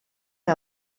que